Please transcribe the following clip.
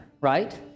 right